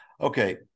okay